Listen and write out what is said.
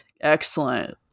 Excellent